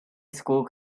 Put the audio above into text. school